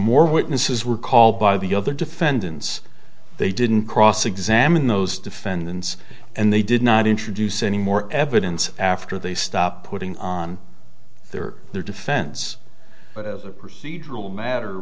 more witnesses were called by the other defendants they didn't cross examine those defendants and they did not introduce any more evidence after they stopped putting on their their defense as a procedural ma